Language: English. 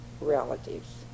relatives